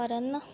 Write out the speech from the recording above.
ਕਰਨ